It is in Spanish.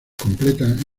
completan